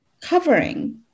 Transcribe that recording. covering